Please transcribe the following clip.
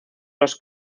los